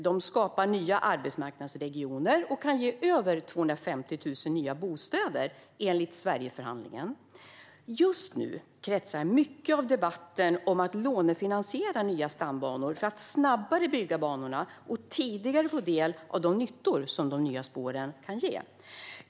De skapar nya arbetsmarknadsregioner och kan ge över 250 000 nya bostäder enligt Sverigeförhandlingen. Just nu kretsar mycket av debatten kring att lånefinansiera nya stambanor för att snabbare bygga banorna och tidigare få del av de nyttor som de nya spåren kan ge.